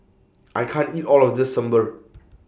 I can't eat All of This Sambar